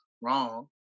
wrong